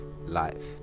life